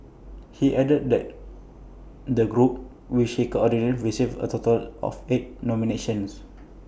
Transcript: he added that the group which he coordinates received A total of eight nominations